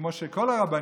כמו של כל הרבנים,